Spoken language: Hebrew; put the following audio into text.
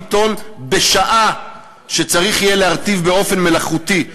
טונות בשעה שצריך יהיה להרטיב באופן מלאכותי.